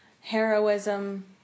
heroism